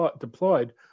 deployed